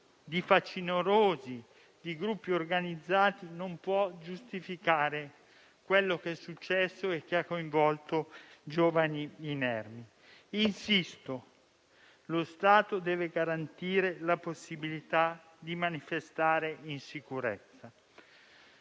di facinorosi, di gruppi organizzati, non può giustificare quanto successo e che ha coinvolto giovani inermi. Insisto: lo Stato deve garantire la possibilità di manifestare in sicurezza.